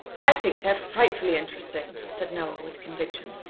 i think they're frightfully interesting, said noel with conviction.